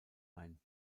ein